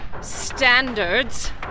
Standards